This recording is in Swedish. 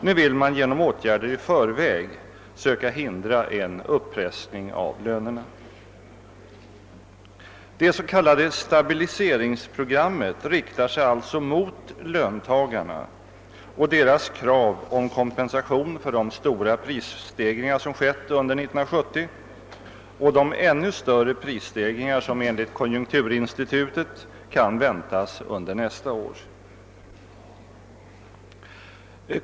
Nu vill man genom åtgärder i förväg söka hindra en uppressning av lönerna. Det s.k. stabiliseringsprogrammet riktar sig alltså mot löntagarna och deras krav på kompensation för de stora prisstegringar som skett under 1970 och de ännu större prisstegringar som enligt konjunkturinstitutet kan väntas under nästa år.